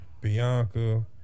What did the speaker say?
Bianca